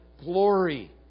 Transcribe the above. glory